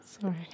sorry